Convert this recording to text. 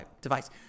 device